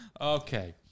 Okay